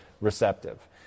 receptive